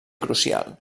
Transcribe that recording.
crucial